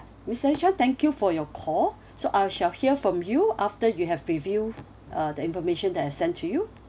miss alice chan thank you for your call so I shall hear from you after you have reviewed uh the information that I sent to you